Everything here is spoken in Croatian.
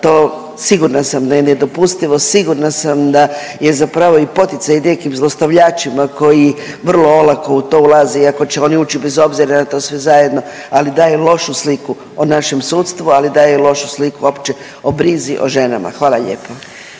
to sigurna sam da je nedopustivo, sigurna sam da je i zapravo poticaj nekim zlostavljačima koji vrlo olako u to ulaze. I ako će oni ući bez obzira na to sve zajedno, ali daje lošu sliku o našem sudstvu, ali daje i lošu sliku uopće o brizi o ženama. Hvala lijepa.